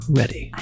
ready